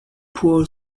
poor